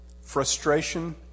frustration